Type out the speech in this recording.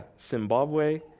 Zimbabwe